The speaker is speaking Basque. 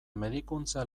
medikuntza